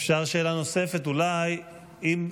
אפשר שאלה נוספת אולי אם,